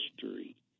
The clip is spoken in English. history